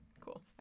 Cool